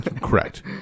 Correct